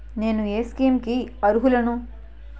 నేను ఏ స్కీమ్స్ కి అరుహులను?